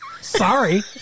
sorry